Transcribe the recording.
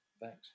thanks